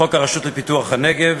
חוק הרשות לפיתוח הנגב,